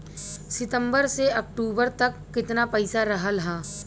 सितंबर से अक्टूबर तक कितना पैसा रहल ह?